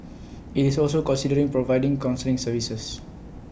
IT is also considering providing counselling services